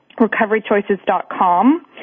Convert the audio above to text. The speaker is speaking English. recoverychoices.com